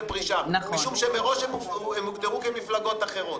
פרישה משום שמראש הם הוגדרו כמפלגות אחרות.